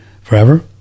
forever